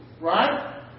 Right